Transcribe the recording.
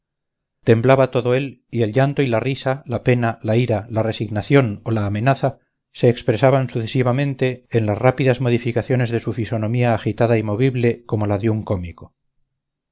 temblaba todo él y el llanto y la risa la pena la ira la resignación o la amenaza se expresaban sucesivamente en las rápidas modificaciones de su fisonomía agitada y movible como la de un cómico